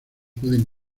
pueden